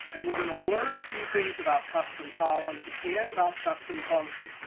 and we're going to learn a few things about custom columns and about custom function.